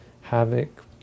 havoc